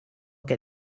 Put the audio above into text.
get